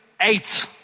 eight